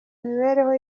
mibereho